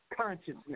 consciousness